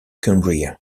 cumbria